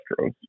Astros